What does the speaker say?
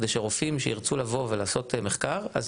כדי שרופאים שירצו לבוא ולעשות מחקר אז